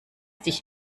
dich